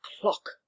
clock